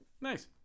Nice